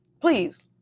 Please